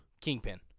kingpin